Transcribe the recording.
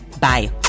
Bye